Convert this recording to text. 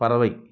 பறவை பறவை